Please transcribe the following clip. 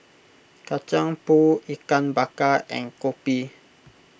Kacang Pool Ikan Bakar and Kopi